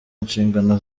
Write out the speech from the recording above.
inshingano